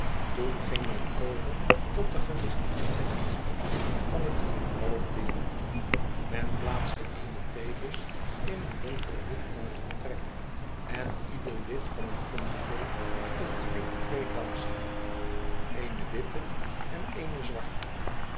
toen ging men over tot de gewichtige plechtigheid van het balloteeren men plaatste eene theebus in een donkeren hoek van het vertrek en ieder lid van het committe ontving twee damschijven eene witte en eene zwarte